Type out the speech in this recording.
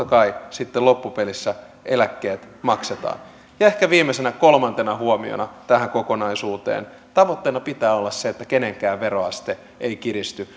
kai sitten loppupelissä eläkkeet maksetaan ehkä viimeisenä kolmantena huomiona tähän kokonaisuuteen tavoitteena pitää olla se että kenenkään veroaste ei kiristy